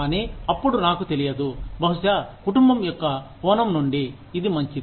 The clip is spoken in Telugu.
కానీ అప్పుడు నాకు తెలియదు బహుశా కుటుంబం యొక్క కోణం నుండి ఇది మంచిది